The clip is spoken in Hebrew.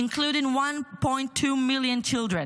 including 1.2 million children.